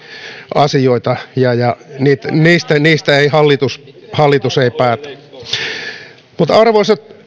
asioita ja ja niistä ei hallitus hallitus päätä arvoisat